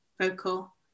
vocal